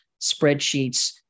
spreadsheets